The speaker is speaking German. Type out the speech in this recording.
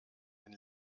den